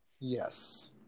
Yes